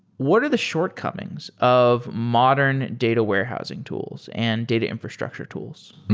what are the shortcomings of modern data warehousing tools and data infrastructure tools?